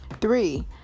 Three